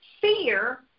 Fear